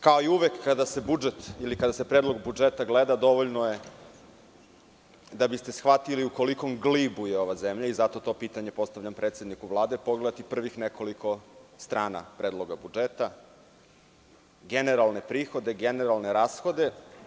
Kao i uvek kada se Predlog budžeta gleda, dovoljno je, da biste shvatili u kolikom glibu je ova zemlja i zato to pitanje postavljam predsedniku Vlade, pogledati prvih nekoliko strana Predloga budžeta – generalne prihode, generalne rashode.